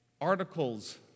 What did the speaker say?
articles